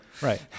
Right